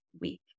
week